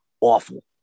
awful